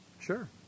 Sure